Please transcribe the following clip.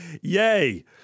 Yay